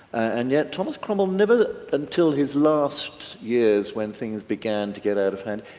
and yet thomas cromwell never, until his last years when things began to get out of hand,